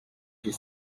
que